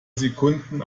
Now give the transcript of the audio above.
sekunden